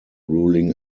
ruling